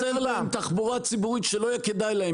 אתה צריך לייצר להם תחבורה ציבורית שלא יהיה כדאי להם.